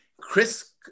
Chris